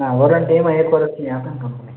હા વોરંટીમાં એક વર્ષની આપે ને કંપની